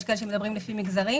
יש כאלה שמדברים לפי מגזרים.